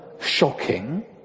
shocking